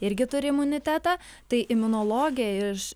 irgi turi imunitetą tai imunologė iš